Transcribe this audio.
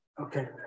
okay